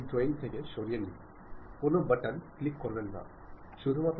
സംക്ഷിപ്തമായിരിക്കുക ചെറിയ വാക്യങ്ങൾ ഉപയോഗിക്കുക എന്നാൽ വ്യക്തമായിരിക്കണം